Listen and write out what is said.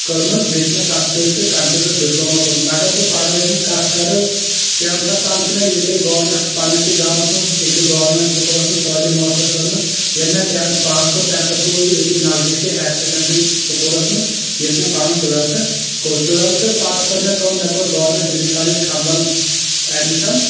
کٔرمٕژ بیٚیہِ چھِ مےٚ تتھ سۭتۍ سۭتۍ کمپوٹر ڈپلوما کوٚرمُت اگر بہٕ پڑٲے ہٕنٛز کتھ کرٕ ٹٮ۪نتھس تام چھُ مےٚ ییٚتے گوٚرنمیٚنٹ پننسٕے گامس منٛز أکِس گوٚرنمینٹ سکوٗلس منٛز تعلیٖم حٲصِل کٔرمٕژ ییٚلہِ مےٚ ٹٮ۪نتھٕ پاس کوٚر تمہِ پتہٕ گوس بہٕ ییٚتی نزدیٖکھی ہایر سٮ۪کنڈری سکوٗلس منٛز ییٚتہِ مےٚ پنُن ٹُویلتھٕ کوٚر ٹُویلتھٕ پتہٕ کٔر مےٚ کٲم مےٚ کوٚر government degree college Khanabal admission